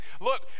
look